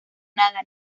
nada